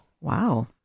Wow